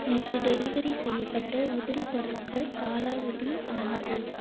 நேற்று டெலிவெரி செய்யப்பட்ட உதிரி பொருட்கள் காலாவதி ஆனது